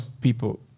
people